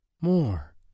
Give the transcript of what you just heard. more